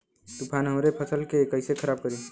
तूफान हमरे फसल के कइसे खराब करी?